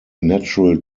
natural